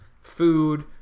food